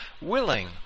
willing